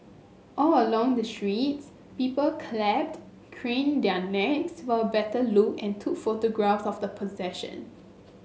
all along the streets people clapped craned their necks for a better look and took photographs of the procession